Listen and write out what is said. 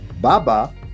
Baba